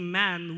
man